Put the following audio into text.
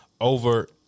Over